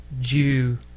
Jew